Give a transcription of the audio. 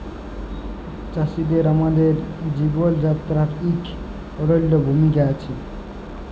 চাষীদের আমাদের জীবল যাত্রায় ইক অলল্য ভূমিকা আছে